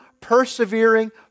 persevering